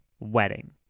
Wedding